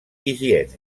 higiene